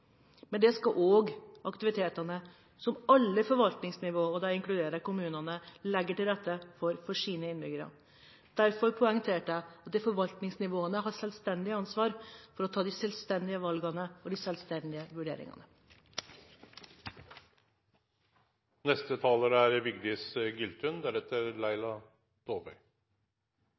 Men det skal også aktivitetene som alle i forvaltningsnivået – og da inkluderer jeg kommunene – legger til rette for sine innbyggere. Derfor poengterte jeg at forvaltningsnivåene har selvstendig ansvar for å ta de selvstendige valgene og de selvstendige vurderingene. Det er